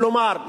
כלומר,